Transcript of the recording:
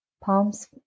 palms